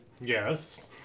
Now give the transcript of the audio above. Yes